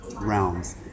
realms